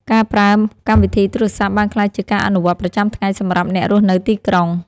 ការប្រើកម្មវិធីទូរសព្ទ បានក្លាយជាការអនុវត្តប្រចាំថ្ងៃសម្រាប់អ្នករស់នៅទីក្រុង។